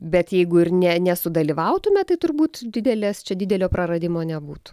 bet jeigu ir ne nesudalyvautume tai turbūt didelės čia didelio praradimo nebūtų